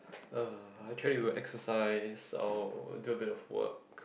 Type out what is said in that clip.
uh I try to exercise or do a bit of work